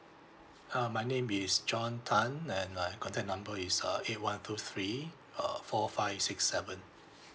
uh my name is john tan and my contact number is uh eight one two three uh four five six seven